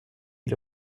aid